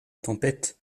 tempête